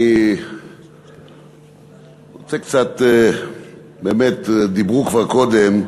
אני רוצה קצת, באמת דיברו כבר קודם,